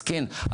אז כן,